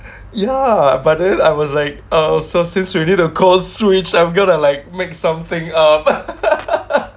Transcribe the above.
ya but then I was like so we need to because switch I'm gonna like made something up